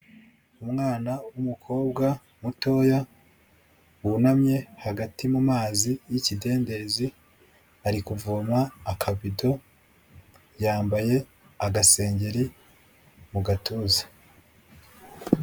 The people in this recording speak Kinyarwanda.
Umwana w'umukobwa mutoya wunamye hagati mu mazi y'ikidendezi, ari kuvoma akabido yambaye agasengeri mu gatuza.